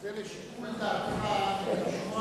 זה לשיקול דעתך לשמוע